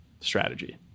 strategy